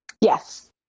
Yes